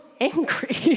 angry